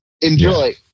Enjoy